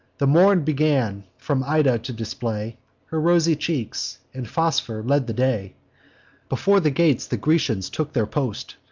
the morn began, from ida, to display her rosy cheeks and phosphor led the day before the gates the grecians took their post,